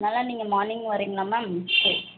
அதனால் நீங்கள் மார்னிங் வரீங்களா மேம் சரி